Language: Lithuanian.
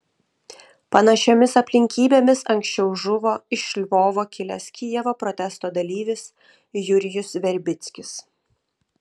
panašiomis aplinkybėmis anksčiau žuvo iš lvovo kilęs kijevo protestų dalyvis jurijus verbickis